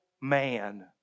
man